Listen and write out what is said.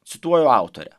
cituoju autorę